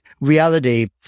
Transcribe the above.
reality